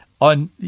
on